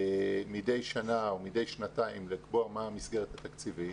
מדי שנה או מדי שנתיים לקבוע מהי המסגרת התקציבית,